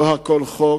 לא הכול חוק,